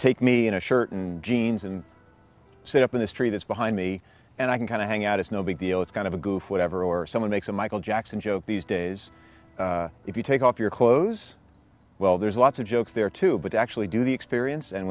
take me in a shirt and jeans and set up in the streets behind me and i can kind of hang out it's no big deal it's kind of a goof whatever or someone makes a michael jackson joke these days if you take off your clothes well there's lots of jokes there too but actually do the experience and